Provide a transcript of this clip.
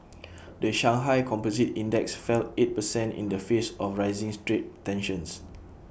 the Shanghai composite index fell eight percent in the face of rising trade tensions